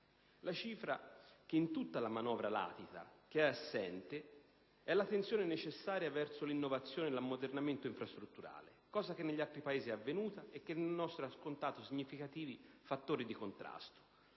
La cifra che in tutta la manovra latita ed è assente è la tensione necessaria verso l'innovazione e l'ammodernamento infrastrutturale, cosa che negli altri Paesi è avvenuta e che nel nostro ha scontato significativi fattori di contrasto,